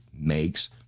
makes